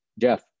Jeff